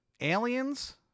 aliens